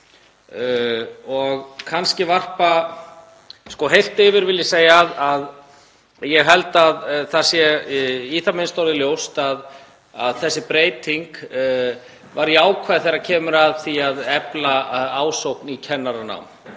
um margt mjög góð. Heilt yfir vil ég segja að ég held að það sé í það minnsta orðið ljóst að þessi breyting var jákvæð þegar kemur að því að efla ásókn í kennaranám,